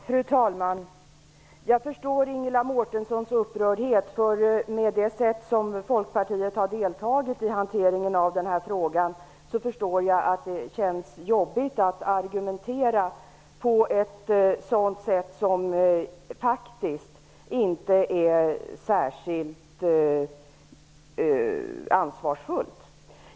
Fru talman! Jag förstår Ingela Mårtenssons upprördhet. Med det sätt på vilket Folkpartiet deltagit i hanteringen av denna fråga förstår jag att det känns jobbigt att argumentera. Det har ju inte varit särskilt ansvarsfullt.